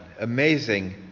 amazing